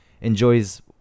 enjoys